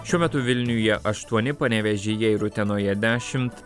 šiuo metu vilniuje aštuoni panevėžyje ir utenoje dešimt